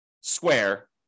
square